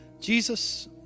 Jesus